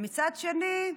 מצד שני,